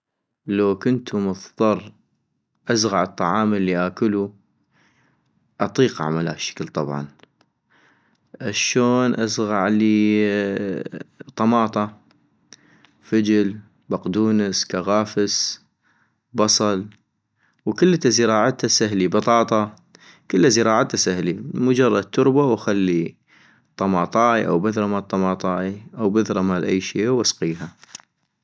لو كنتو مضطر ازغع الطعام الي اكلو ، اطيق اعمل هشكل طبعا، اشون ازغعلي طماطة، فجل، بقدونس ،كغافس ، بصل، وكلتا زراعتا سهلي، بطاطا، كلا زراعتا سهلي مجرد تربة واخلي طماطاي أو بذرة مال طماطاي أو بذرة مال أي شي واسقيها